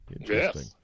Interesting